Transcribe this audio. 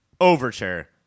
overture